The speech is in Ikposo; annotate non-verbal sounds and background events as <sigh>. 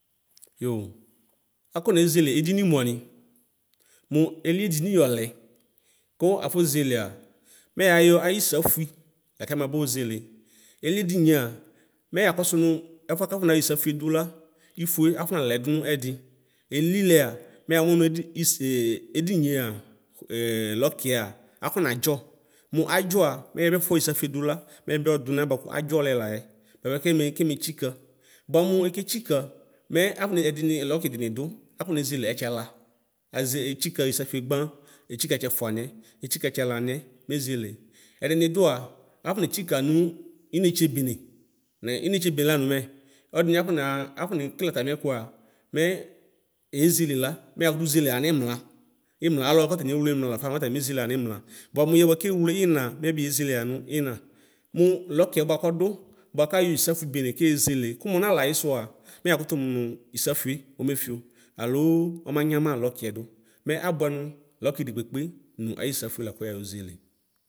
Yo akɔ nezele edini mʋani mʋ eli edini yɔlɛ kʋafɔ zɛlea mɛ yayɔ ayisafui la kɛmabozele eli edinia mɛ yakɔsʋnʋ ɛfʋɛ kafɔnayɔ isiafʋe dula ifo afɔnalɛ dʋnʋ ɛdi elilɛ yamʋ mʋ edi isee ediniea <hesitation> lɔkia afɔnadzɔ mʋ adzɔa mɛ yɛbi afɔyɔ isifʋe dʋla mɛyɛba ɔdʋ nalɛ kʋ adzɔlɛ layɛ bʋapɛ kemetsika bʋa mʋ ɛketsika mɛ afɔne ɛdini lɔki dini dʋ kakɔne zele ɛtsɛla eze etsika isafi ye gba etsika ɛtsɛfʋaniɛ etsika ɛtsiɛlaniɛ mezele edini dʋa afɔ netsika nʋ inetsebene nɛ inetse bene lamʋ mɛ ɔdini akɔna akɔne kele atami ɛkʋa mɛ yɛɣela mɛ yakʋtʋ zele hanʋ ʋnla imla alʋwʋ alwʋ katanyi ewle imla lafa mɛatani mezele hani imla bʋa mʋ yɛ bʋakʋ ewle iina mɛ yɛbi yezele hanʋ ina mʋ lɔkiɛ bʋakʋ ɔdʋ bʋakʋ ayɔ isafui bene kezele kʋmʋ ɔnalɛ ayisʋa mɛ yakʋ mʋ nʋ isafui ɔmefio alo ɔmanyama lɔviɛ dʋ mɛ abʋɛ nʋ lɔkidi kpekpe nʋ ayisafui lakʋ yayɔ zele.